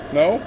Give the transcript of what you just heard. no